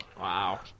Wow